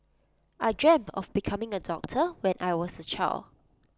I dreamt of becoming A doctor when I was A child